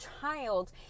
child